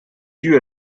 due